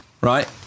Right